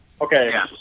Okay